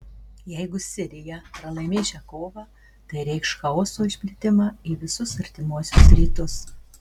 jeigu sirija pralaimės šią kovą tai reikš chaoso išplitimą į visus artimuosius rytus